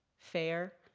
fair,